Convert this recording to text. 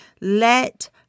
Let